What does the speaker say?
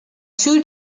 two